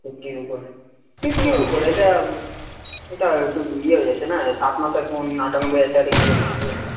ফিপটির ওপর ফিপটির ওপর এটা এটা একটু ইয়ে হয়ে যাচ্ছে না সাত মাসের ফোন আটানব্বই হাজার টাকা দিয়ে কিনে পঞ্চাশ হাজার টাকা